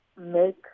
make